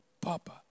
Papa